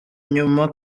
nyuma